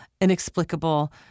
inexplicable